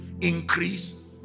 increase